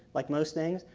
like most things,